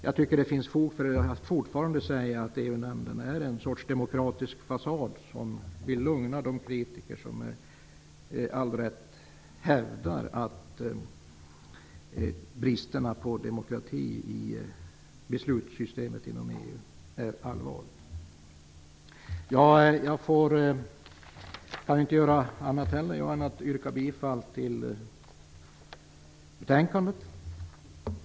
Jag tycker att det fortfarande finns fog att säga att EU-nämnden är en sorts demokratisk fasad för att lugna de kritiker som, med all rätt, hävdar att bristen på demokrati i beslutssystemet inom EU är allvarlig. Inte heller jag kan göra annat än yrka bifall till hemställan i betänkandet.